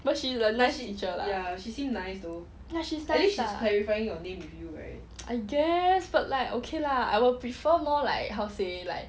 but she's a nice teacher lah ya she's nice lah I guess but like okay lah I will prefer more like how to say like